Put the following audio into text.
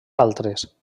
altres